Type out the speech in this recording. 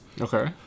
Okay